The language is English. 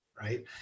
right